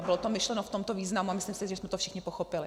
Bylo to myšleno v tomto významu a myslím, že jsme to všichni pochopili.